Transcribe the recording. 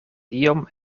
iom